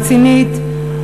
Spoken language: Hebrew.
רצינית,